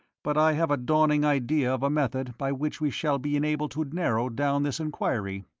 but i have a dawning idea of a method by which we shall be enabled to narrow down this enquiry.